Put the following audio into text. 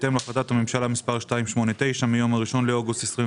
בהתאם להחלטת הממשלה מספר 289 מיום ה-1 באוגוסט 2021,